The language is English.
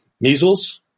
Measles